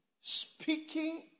speaking